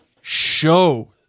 show